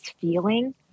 feeling